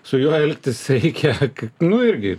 su juo elgtis reikia nu irgi